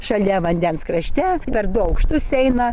šalia vandens krašte per du aukštus eina